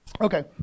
Okay